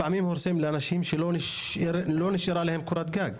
לפעמים הורסים לאנשים שלא נשארה להם קורת גג,